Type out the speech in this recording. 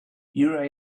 here